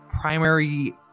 primary